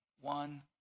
one